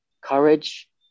Courage